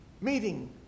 meeting